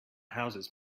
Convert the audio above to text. houses